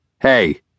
Hey